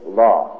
law